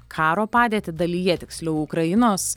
karo padėtį dalyje tiksliau ukrainos